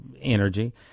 energy